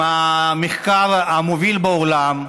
עם המחקר המוביל בעולם,